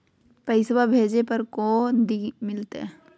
पैसवा भेजे पर को दिन मे मिलतय?